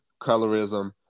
colorism